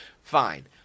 fine